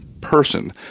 person